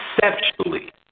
conceptually